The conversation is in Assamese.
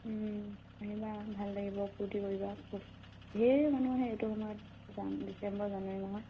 আহিবা ভাল লাগিব ফূৰ্তি কৰিবা ধেৰ মানুহ আহে এইটো সময়ত যাম ডিচেম্বৰ জানুৱাৰী মাহৰ